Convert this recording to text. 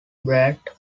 brad